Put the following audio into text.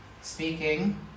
speaking